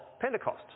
Pentecost